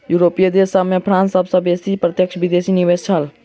यूरोपीय देश सभ में फ्रांस में सब सॅ बेसी प्रत्यक्ष विदेशी निवेश भेल छल